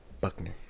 Buckner